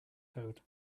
code